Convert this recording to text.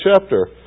chapter